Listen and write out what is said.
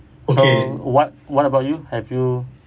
so what what about you have you